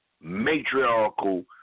matriarchal